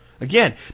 Again